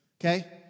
okay